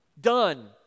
Done